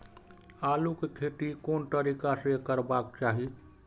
आलु के खेती कोन तरीका से करबाक चाही?